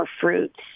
fruits